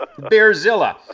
Bearzilla